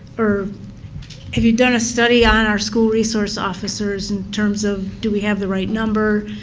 or have you done a study ah in our school resource officers in terms of do we have the right number,